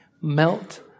Melt